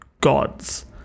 gods